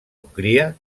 hongria